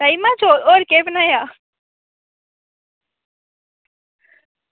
राजमांह चौल होर केह् बनाया